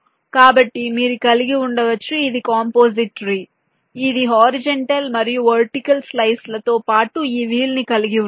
కాబట్టి మీరు కలిగి ఉండవచ్చు ఇది కంపోసిట్ ట్రీ ఇది హరిజోన్టల్ మరియు వర్టికల్ స్లైస్ లతో పాటు ఈ వీల్ ని కలిగి ఉంటుంది